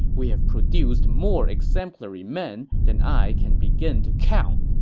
we have produced more exemplary men than i can begin to count.